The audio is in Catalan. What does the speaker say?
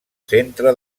centre